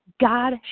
God